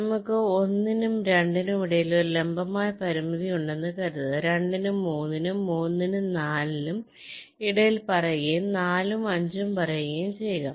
നമുക്ക് 1 നും 2 നും ഇടയിൽ ഒരു ലംബമായ പരിമിതി ഉണ്ടെന്ന് കരുതുക 2 നും 3 നും 3 നും 4 നും ഇടയിൽ പറയുകയും 4 ഉം 5 ഉം പറയുകയും ചെയ്യുക